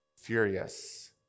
Furious